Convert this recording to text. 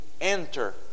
Enter